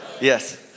Yes